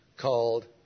called